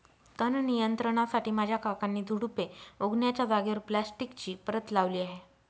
तण नियंत्रणासाठी माझ्या काकांनी झुडुपे उगण्याच्या जागेवर प्लास्टिकची परत लावली आहे